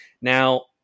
now